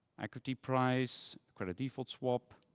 equity price, credit default swap,